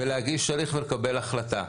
ולהגיש הליך ולקבל החלטה,